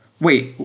Wait